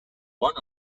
one